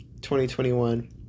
2021